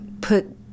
put